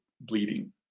bleeding